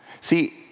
See